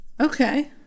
Okay